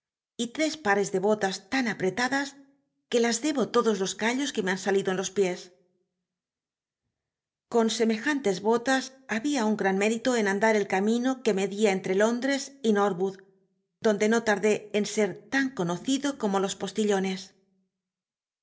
y tres pares de botas tan apretadas que las debo todos los callos que me han salido en los piós con semejantes botas babia un gran mérito en andar el camino que media entre lóndrcs y norwóod donde no tardé en ser ta n conocido como los